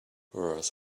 whereas